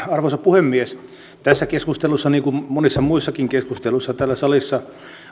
arvoisa puhemies tässä keskustelussa niin kuin monissa muissakin keskusteluissa täällä salissa